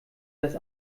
das